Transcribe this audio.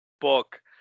book